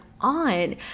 on